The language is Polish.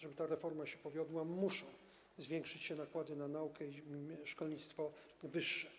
Żeby ta reforma się powiodła, muszą zwiększyć się nakłady na naukę i szkolnictwo wyższe.